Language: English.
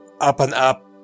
up-and-up